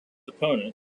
opponent